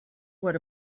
what